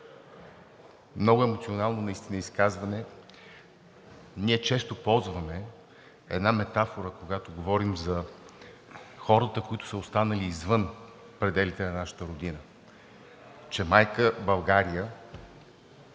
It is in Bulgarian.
много емоционално изказване. Ние често ползваме една метафора, когато говорим за хората, останали извън пределите на нашата Родина, че Майка България